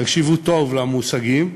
תקשיבו טוב למושגים,